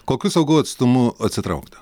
kokiu saugu atstumu atsitraukti